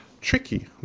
tricky